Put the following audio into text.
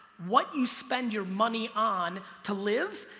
what you spend your money on to live,